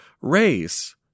race